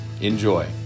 Enjoy